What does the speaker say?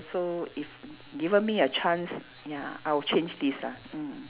so if given me a chance ya I will change this ah mm